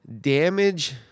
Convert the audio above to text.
damage